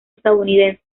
estadounidense